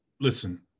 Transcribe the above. Listen